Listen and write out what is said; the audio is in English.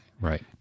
Right